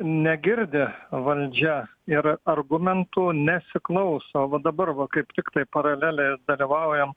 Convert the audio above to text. negirdi valdžia ir argumentų nesiklauso va dabar va kaip tiktai paraleliai dalyvaujam